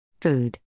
Food